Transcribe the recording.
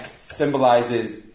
symbolizes